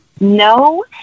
No